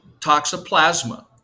toxoplasma